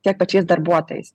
tiek pačiais darbuotojais